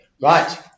Right